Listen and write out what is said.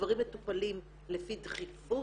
דברים מטופלים לפי דחיפות.